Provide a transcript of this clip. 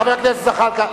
חבר הכנסת זחאלקה.